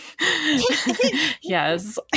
Yes